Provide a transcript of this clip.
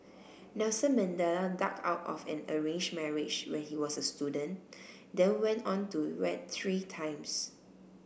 Nelson Mandela ducked out of an arranged marriage when he was a student then went on to wed three times